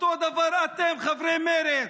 אותו הדבר אתם, חברי מרצ.